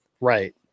Right